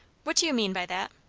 what do you mean by that?